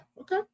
okay